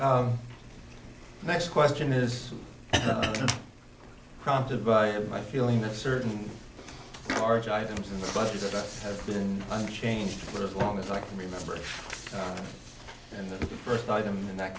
ok next question is prompted by my feeling that certain large items in the budget or have been unchanged for as long as i can remember and the first item in that